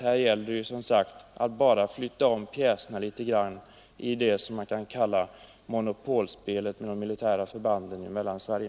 Här gäller det ju bara att flytta om pjäserna litet grand i vad som kan kallas Monopolspelet med de militära förbanden i Mellansverige.